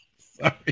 Sorry